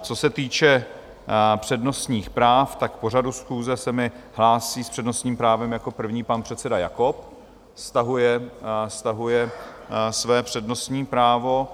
Co se týče přednostních práv, k pořadu schůze se mi hlásí s přednostním právem jako první pan předseda Jakob stahuje své přednostní právo.